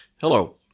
Hello